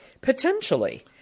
Potentially